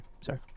Sorry